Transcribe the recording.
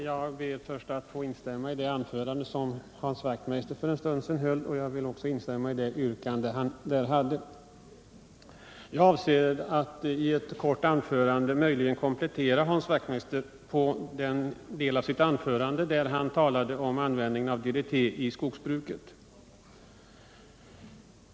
Herr talman! Jag ber att få instämma i det anförande som Hans Wachtmeister för en stund sedan höll och i hans yrkande. Jag avser att i ett kort anförande möjligen komplettera Hans Wachtmeister när det gäller användningen av DDT i skogsbruket.